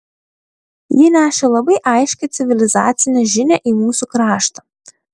ji nešė labai aiškią civilizacinę žinią į mūsų kraštą